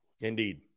Indeed